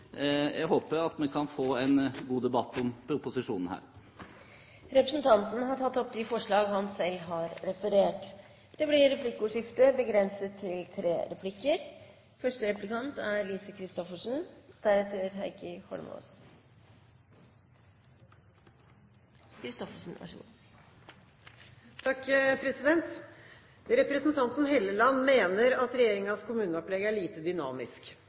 jeg håper at vi kan få en god debatt om proposisjonen her. Representanten Trond Helleland har tatt opp de forslag han har refererte til. Det blir replikkordskifte. Representanten Helleland mener at regjeringens kommuneopplegg er